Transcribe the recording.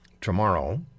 tomorrow